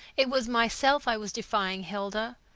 it was myself i was defying, hilda.